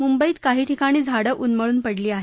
मुंबईत काही ठिकाणी झाडं उन्मळून पडली आहेत